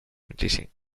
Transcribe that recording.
medicine